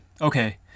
okay